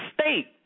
state